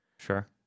Sure